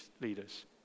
leaders